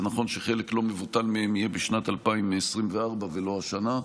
זה נכון שחלק לא מבוטל מהם יהיה בשנת 2024 ולא השנה,